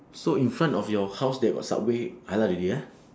so in front of your house there got subway halal already ah